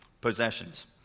possessions